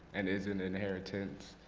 and is an inheritance.